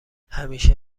همیشه